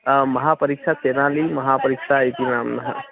आं महापरीक्षा तेनाली महापरीक्षा इति नाम्ना